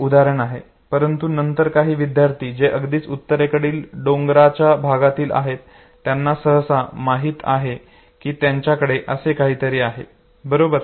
हे एक उदाहरण आहे परंतु नंतर काही विद्यार्थी जे अगदीच उत्तरेकडील डोंगराच्या भागातील आहेत त्यांना सहसा माहित आहे की त्यांच्याकडे असे काहीतरी आहे बरोबर